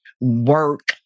work